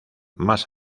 más